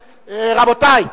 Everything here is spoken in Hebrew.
רבותי,